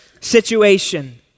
situation